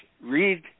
read